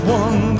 one